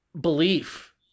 belief